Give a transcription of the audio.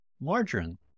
margarine